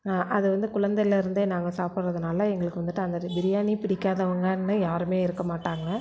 அதை வந்து குழந்தையில இருந்தே நாங்கள் சாப்பிடுறதுனால எங்களுக்கு வந்துட்டு அந்த பிரியாணி பிடிக்காதவங்கன்னு யாருமே இருக்க மாட்டாங்க